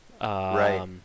Right